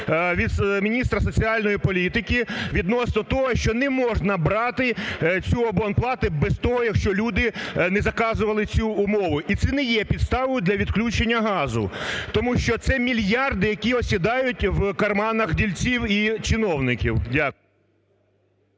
від міністра соціальної політики відносно того, що не можна брати цю абонплату без того, якщо люди не заказували цю умови. І це не є підставою для відключення газу, тому що це мільярди, які осідають в кишенях в дільців і чиновників.